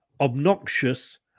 obnoxious